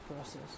process